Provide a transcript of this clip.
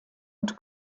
und